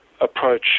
approach